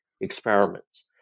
experiments